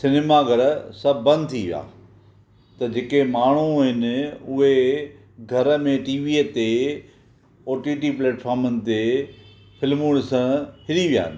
cinema घर सभु बंदि थी विया त जेके माण्हू आहिनि उहे घर में टीवीअ ते ओ टी टी प्लेटफॉर्मनि ते फिल्मूं डिसणु हिरी विया आहिनि